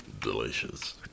Delicious